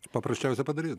paprasčiausia padaryt